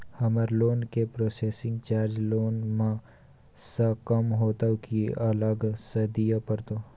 हमर लोन के processing charge loan म स कम होतै की अलग स दिए परतै?